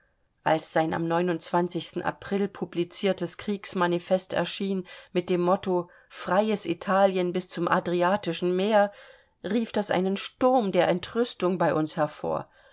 als sein am april publiziertes kriegsmanifest erschien mit dem motto freies italien bis zum adriatischen meer rief das einen sturm der entrüstung bei uns hervor